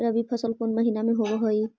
रबी फसल कोन महिना में होब हई?